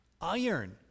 iron